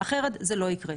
אחרת זה לא יקרה,